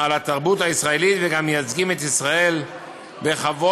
על התרבות הישראלית, וגם מייצגים את ישראל בכבוד